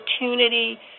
opportunity